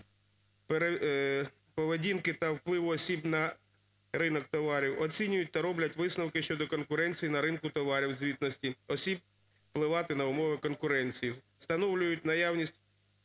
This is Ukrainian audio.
поведінки та впливу осіб на ринок товарів, оцінюють та роблять висновки щодо конкуренції на ринку товарів звітності, осіб впливати на умови конкуренції, встановлюють наявність